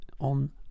on